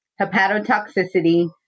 hepatotoxicity